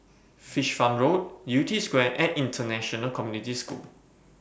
Fish Farm Road Yew Tee Square and International Community School